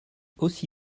aussi